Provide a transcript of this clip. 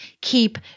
keep